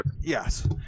yes